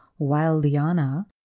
Wildiana